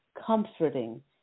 comforting